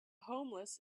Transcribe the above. homeless